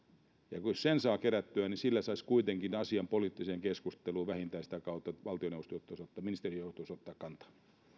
ja kun sen saa kerättyä niin sillä saisi kuitenkin asian poliittiseen keskusteluun vähintään sitä kautta että valtioneuvosto joutuisi ministeri joutuisi ottamaan kantaa